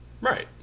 Right